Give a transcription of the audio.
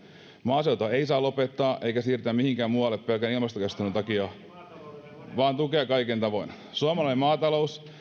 maaseutua ei saa lopettaa eikä siirtää mihinkään muualle pelkän ilmastokeskustelun takia vaan tukea kaikin tavoin suomalainen maatalous